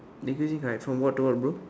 really like from what to what bro